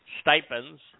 stipends